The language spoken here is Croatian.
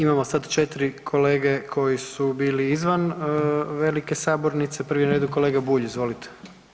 Imamo sad 4 kolege koji su bili izvan velike sabornice, prvi je na redu kolega Bulj, izvolite.